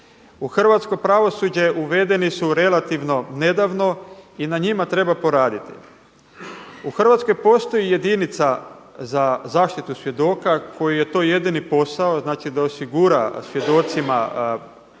U hrvatsko pravosuđe uvedeni su relativno nedavno i na njima treba poraditi. U Hrvatskoj postoji jedinica za zaštitu svjedoka kojoj je to jedini posao znači da osigura svjedocima potpunu